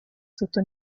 sotto